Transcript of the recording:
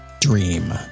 dream